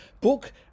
Book